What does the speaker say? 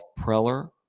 Preller